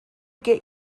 get